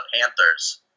Panthers